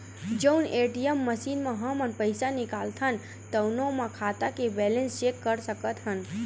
जउन ATM machine म हमन पइसा निकालथन तउनो म खाता के बेलेंस चेक कर सकत हन